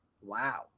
Wow